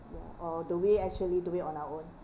ya or do we actually do it on our own